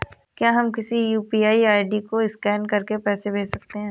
क्या हम किसी यू.पी.आई आई.डी को स्कैन करके पैसे भेज सकते हैं?